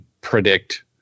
predict